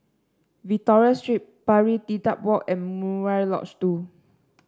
Victoria Street Pari Dedap Walk and Murai Lodge Two